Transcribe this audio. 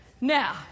Now